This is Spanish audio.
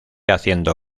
haciendo